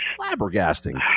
flabbergasting